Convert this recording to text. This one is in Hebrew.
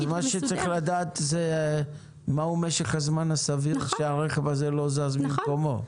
אז צריך לדעת את משך הזמן הסביר שהרכב הזה לא זז ממקומו.